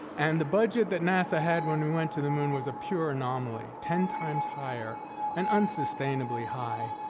and the budget that nasa had when we went to the moon was a pure anomaly, ten times higher and unsustainably high,